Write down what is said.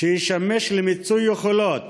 שישמש למיצוי יכולות